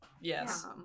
Yes